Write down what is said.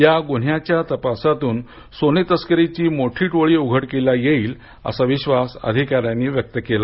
या गुन्ह्याच्या तपासातून सोने तस्करीची मोठी टोळी उघडकीस येईल असा विश्वास अधिकाऱ्यांनी व्यक्त केला